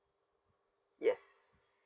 yes